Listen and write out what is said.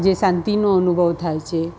જે શાંતિનો અનુભવ થાય છે